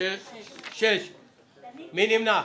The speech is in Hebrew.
מי נמנע?